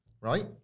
right